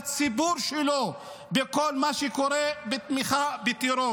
מה קורה בציבור שלו בכל מה שקשור לתמיכה בטרור.